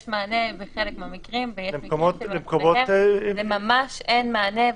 יש מענה בחלק מהמקרים --- למקומות --- וממש אין מענה,